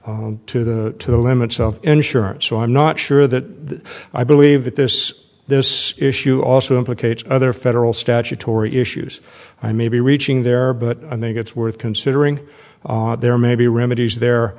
to the limits of insurance so i'm not sure that i believe that this this issue also implicates other federal statutory issues i may be reaching there but i think it's worth considering there may be remedies there